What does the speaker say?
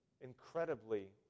incredibly